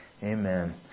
Amen